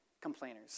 complainers